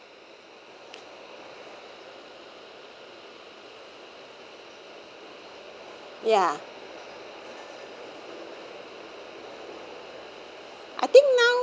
ya I think now